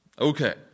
Okay